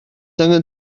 angen